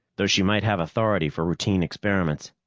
though she might have authority for routine experiments.